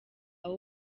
aho